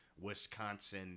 Wisconsin